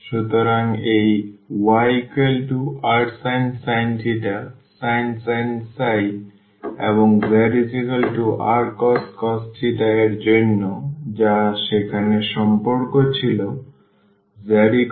সুতরাং এটি yrsin sin এবং zrcos এর জন্য যা সেখানে সম্পর্ক ছিল zrcos